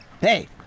Hey